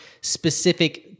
specific